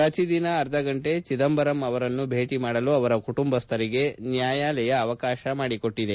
ಪ್ರಕಿ ದಿನ ಅರ್ಧಗಂಟೆ ಚಿದಂಬರಂ ಅವರನ್ನು ಭೇಟಿ ಮಾಡಲು ಅವರ ಕುಟುಂಬಸ್ಸರಿಗೆ ನ್ನಾಯಾಲಯ ಅವಕಾಶ ಮಾಡಿಕೊಟ್ಟಿದೆ